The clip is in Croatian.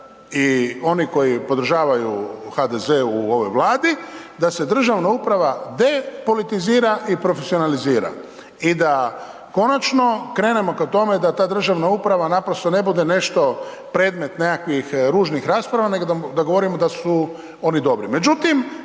i oni koji podržavaju HDZ u ovoj Vladi da se državna uprava depolitizira i profesionalizira i da konačno ka tome da ta državna uprava naprosto ne bude nešto, predmet nekakvih tužnih rasprava nego da govorimo da su oni dobri.